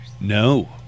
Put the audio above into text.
No